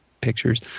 pictures